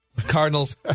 Cardinals